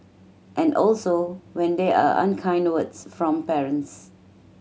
and also when there are unkind words from parents